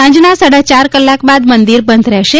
સાંજના સાડાચાર કલાક બાદ મંદિર બંધ રહેશે